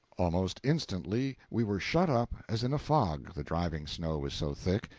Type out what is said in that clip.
almost instantly we were shut up as in a fog, the driving snow was so thick.